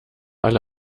alle